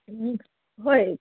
ꯎꯝ ꯍꯣꯏ